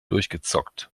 durchgezockt